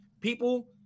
People